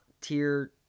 tier